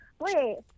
Wait